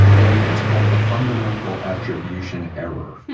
and it's called the fundamental attribution error.